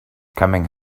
coming